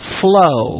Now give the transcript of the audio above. flow